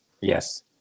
Yes